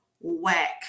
whack